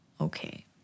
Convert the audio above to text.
Okay